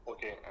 Okay